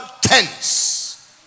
tents